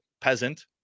peasant